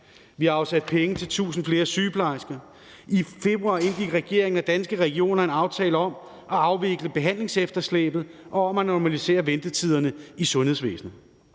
Vi har afsat penge til 1.000 flere sygeplejersker. I februar indgik regeringen og Danske Regioner en aftale om at afvikle behandlingsefterslæbet og om at normalisere ventetiderne i sundhedsvæsenet.